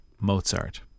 Mozart